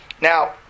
Now